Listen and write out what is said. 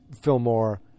Fillmore